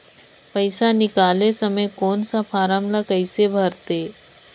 पइसा निकाले समय कौन सा फारम ला कइसे भरते?